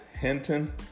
Hinton